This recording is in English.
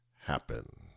happen